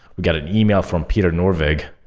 we got an email from peter norvig